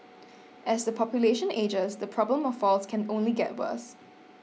as the population ages the problem of falls can only get worse